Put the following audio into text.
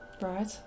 Right